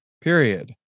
period